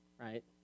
right